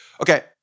Okay